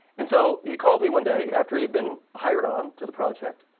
and so he called me one day, after he had been hired on to the project.